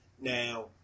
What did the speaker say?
Now